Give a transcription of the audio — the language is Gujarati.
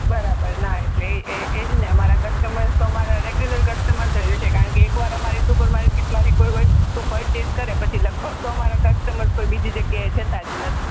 બરાબર ના એટલે એ એ જ ને અમારા કસ્ટમર તો અમારા રેગ્યુલર કસ્ટમર્સ જ હોય છે કારણકે એકવાર અમારી સુપર માર્કેટમાંથી કોઇ વસ્તુ પરચેઝ કરે પછી લગભગ તો અમારા કસ્ટમર્સ કોઇ બીજી જગ્યાએ જતાં જ નથી